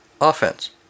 Offense